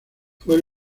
fue